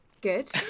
Good